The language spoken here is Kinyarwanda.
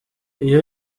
iyo